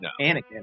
Anakin